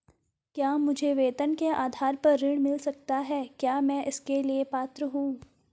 क्या मुझे वेतन के आधार पर ऋण मिल सकता है क्या मैं इसके लिए पात्र हूँ?